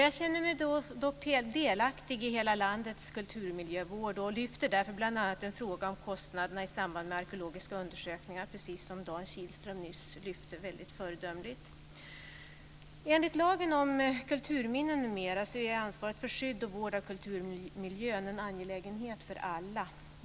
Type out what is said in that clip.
Jag känner mig dock delaktig i hela landets kulturmiljövård och lyfter därför bl.a. fram en fråga om kostnaderna i samband med arkeologiska undersökningar, precis som Dan Kihlström nyss föredömligt gjorde. Enligt lagen om kulturminnen m.m. är ansvaret för skydd och vård av kulturmiljön en angelägenhet för alla.